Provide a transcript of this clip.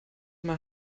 mal